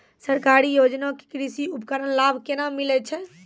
सरकारी योजना के कृषि उपकरण लाभ केना मिलै छै?